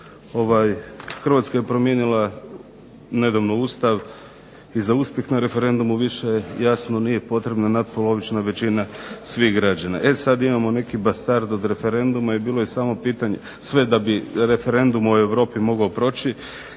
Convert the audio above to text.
Hrvatska je promijenila nedavno Ustav i za uspjeh na referendumu više jasno nije potrebno natpolovična većina svih građana. e sada imamo neki bastard od referenduma i bilo je samo pitanje sve da bi referendum u Europi mogao proći